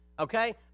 Okay